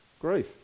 Grief